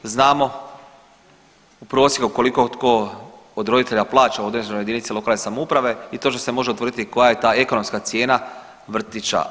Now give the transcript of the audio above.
Znamo u prosjeku koliko tko od roditelja plaća određenoj jedinici lokalne samouprave i točno se može utvrditi koja je to ekonomska cijena vrtića.